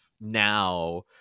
now